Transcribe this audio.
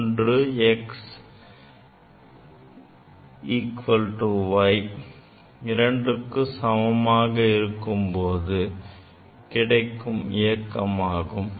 ஒன்று x y இரண்டும் சமமாக இருக்கும் போது கிடைக்கும் இயக்கமாகும்